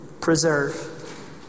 preserve